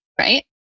right